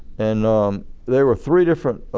and there were three different